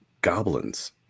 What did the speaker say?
goblins